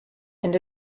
and